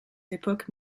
époques